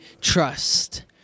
trust